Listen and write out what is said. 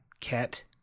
Cat